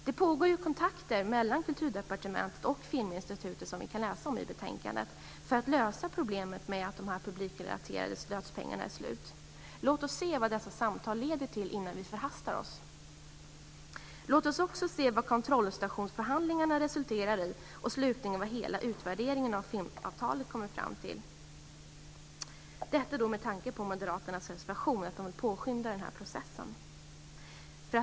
Det pågår mellan Kulturdepartementet och Filminstitutet kontakter som vi kan läsa om i betänkandet för att lösa problemet med att de publikrelaterade stödpengarna är slut. Låt oss se vad dessa samtal leder till innan vi förhastar oss. Låt oss också se vad kontrollstationsförhandlingarna resulterar i och slutligen vad hela utvärderingen av filmavtalet kommer fram till - detta med tanke på Moderaternas reservation om att de vill påskynda den här processen.